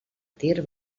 tir